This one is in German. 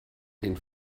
den